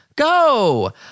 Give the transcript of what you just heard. Go